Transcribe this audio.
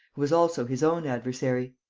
who was also his own adversary.